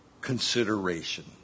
consideration